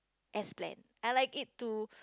as plan I like it to